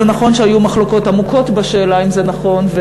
זה נכון שהיו מחלוקות עמוקות בשאלה אם זה נכון.